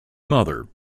mother